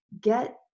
Get